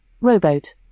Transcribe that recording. rowboat